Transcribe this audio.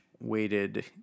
weighted